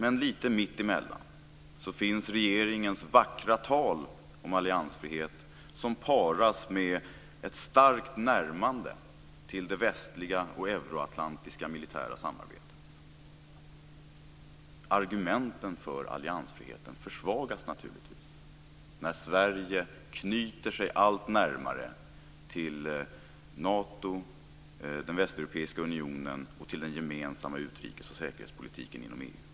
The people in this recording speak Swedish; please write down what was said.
Men lite mittemellan finns regeringens vackra tal om alliansfrihet, som paras med ett starkt närmande till det västliga och euroatlantiska militära samarbetet. Argumenten för alliansfriheten försvagas naturligtvis när Sverige knyter sig allt närmare till Nato, till den västeuropeiska unionen och till den gemensamma utrikes och säkerhetspolitiken inom EU.